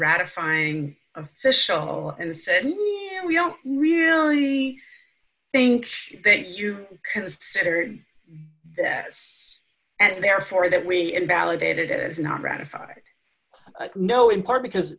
ratifying official and said to me and we don't really think that you considered that it's and therefore that we invalidated it is not ratified no in part because